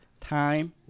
time